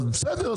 אז בסדר,